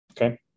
Okay